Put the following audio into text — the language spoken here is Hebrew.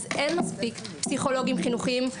אז אין מספיק פסיכולוגים חינוכיים.